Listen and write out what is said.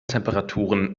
temperaturen